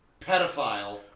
Pedophile